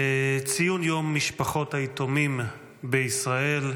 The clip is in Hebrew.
ציון יום משפחות היתומים בישראל,